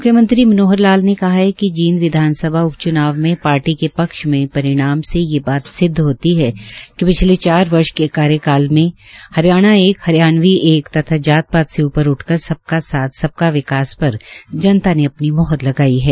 मुख्यमंत्री मनोहर लाल ने कहा है कि जींद विधानसभा उप च्नाव में पार्टी के पक्ष में परिणाम से ये बात सिद्व होती है पिछले चार वर्ष के कार्यकाल में हरियाणा एक हरियाणवी एक तथा जात पात से ऊपर उठकर सबका साथ सबका विकास पर जनता ने अपनी मोहर लगाई है